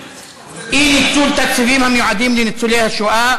אי-ניצול תקציבים המיועדים לניצולי השואה,